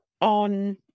on